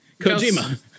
Kojima